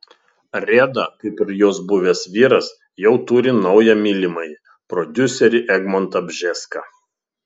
reda kaip ir jos buvęs vyras jau turi naują mylimąjį prodiuserį egmontą bžeską